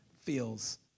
feels